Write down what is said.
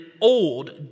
old